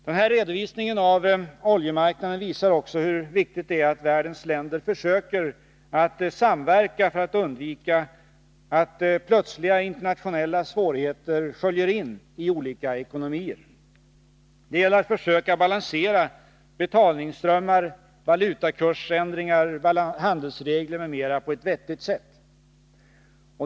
Denna redovisning av oljemarknaden visar också hur viktigt det är att världens länder försöker att samverka för att undvika att plötsliga internationella svårigheter sköljer in i olika ekonomier. Det gäller att försöka balansera betalningsströmmar, valutakursförändringar, handelsregler m.m. på ett vettigt sätt.